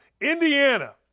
Indiana